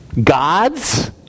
God's